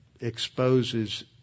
exposes